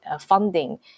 funding